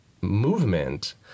movement